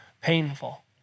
painful